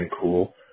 cool